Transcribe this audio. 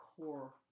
core